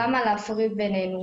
למה להפריד בנינו?